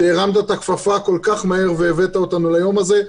שהרמת את הכפפה כל כך מהר והבאת אותנו ליום הזה.